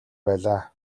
байлаа